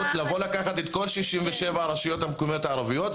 לבוא לקחת את כל 67 הרשויות המקומיות הערביות,